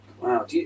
Wow